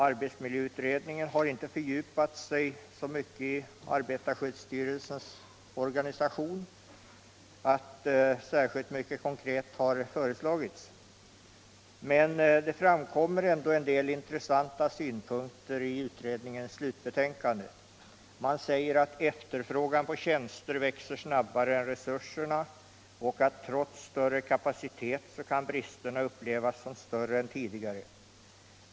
Arbetsmiljöutredningen har inte fördjupat sig i arbetarskyddsstyrelsens organisation så långt att särskilt mycket av konkreta åtgärder har föreslagits, men det framkommer ändå en del intressanta synpunkter i utredningens slutbetänkande. Man säger där att efterfrågan på tjänster växer snabbare än resurserna och att bristerna trots större kapacitet kan upplevas som större nu än tidigare.